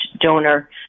donor